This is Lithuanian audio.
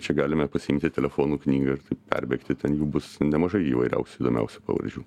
čia galime pasiimti telefonų knygą ir taip perbėgti ten jų bus nemažai įvairiausių įdomiausių pavardžių